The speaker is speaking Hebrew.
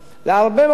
להרבה מאוד